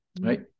right